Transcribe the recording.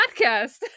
podcast